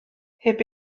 heb